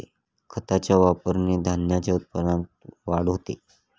खताच्या वापराने धान्याच्या उत्पन्नात वाढ होते